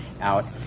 out